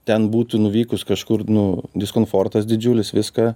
ten būtų nuvykus kažkur nu diskomfortas didžiulis viską